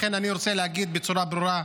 לכן אני רוצה להגיד בצורה ברורה: